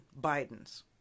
Bidens